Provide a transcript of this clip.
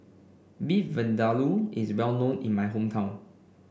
Beef Vindaloo is well known in my hometown